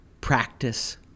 practice